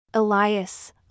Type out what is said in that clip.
Elias